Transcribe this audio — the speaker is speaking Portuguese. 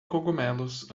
cogumelos